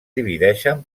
divideixen